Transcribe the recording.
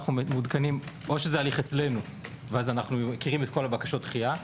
או זה הליך אצלנו ואז אנחנו מכירים את בקשות הדחייה,